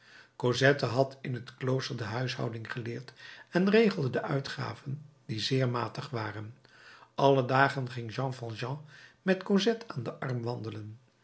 cosette had in het klooster de huishouding geleerd en regelde de uitgaven die zeer matig waren alle dagen ging jean valjean met cosette aan den arm wandelen